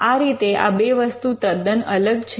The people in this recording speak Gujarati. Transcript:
આ રીતે આ બે વસ્તુ તદ્દન અલગ છે